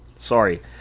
sorry